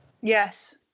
Yes